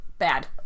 Bad